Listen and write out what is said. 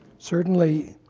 certainly,